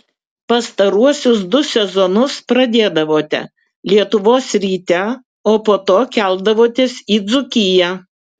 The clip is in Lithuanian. pastaruosius du sezonus pradėdavote lietuvos ryte o po to keldavotės į dzūkiją